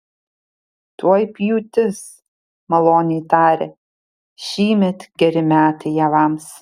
tuoj pjūtis maloniai tarė šįmet geri metai javams